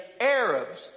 Arabs